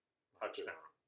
Touchdown